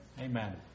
Amen